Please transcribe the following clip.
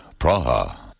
Praha